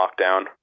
lockdown